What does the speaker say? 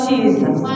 Jesus